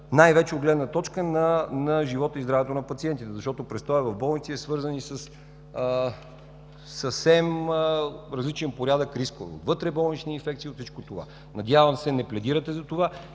най-вече от гледна точка на живота и здравето на пациентите, защото престоят в болница е свързан и със съвсем различен порядък рискове – вътреболнична инфекция, и всичко това. Надявам се не пледирате за това